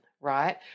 right